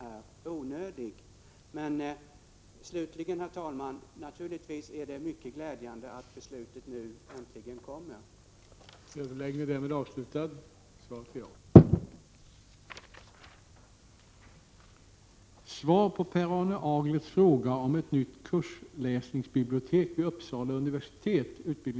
Är regeringen beredd att medverka till att ytterligare ett kursläsningsbibliotek kan inrättas vid Uppsala universitet?